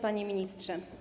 Panie Ministrze!